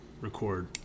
record